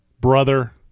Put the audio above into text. brother